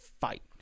fight